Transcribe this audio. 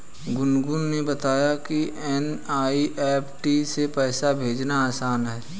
गुनगुन ने बताया कि एन.ई.एफ़.टी से पैसा भेजना आसान है